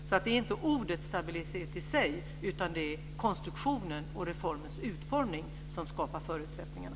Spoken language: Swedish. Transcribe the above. Det handlar inte om ordet stabilitet, utan det är konstruktionen och reformens utformning som skapar förutsättningarna.